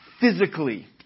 physically